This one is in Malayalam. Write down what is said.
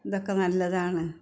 ഇതൊക്കെ നല്ലതാണ്